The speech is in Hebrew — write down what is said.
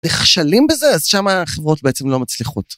נכשלים בזה, אז שם החברות בעצם לא מצליחות.